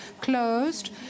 closed